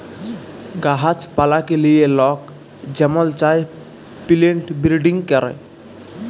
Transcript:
গাহাছ পালাকে লিয়ে লক যেমল চায় পিলেন্ট বিরডিং ক্যরে